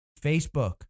Facebook